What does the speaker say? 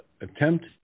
attempt